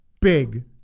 big